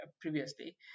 previously